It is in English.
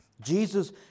Jesus